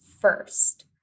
first